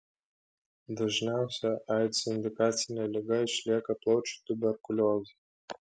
dažniausia aids indikacinė liga išlieka plaučių tuberkuliozė